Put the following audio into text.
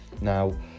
Now